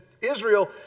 Israel